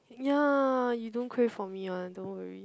ya you don't crave for me one don't worry